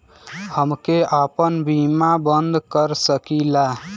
हमके आपन बीमा बन्द कर सकीला?